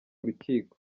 urukiko